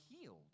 healed